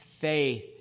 faith